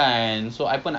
I okay